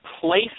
place